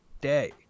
day